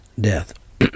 death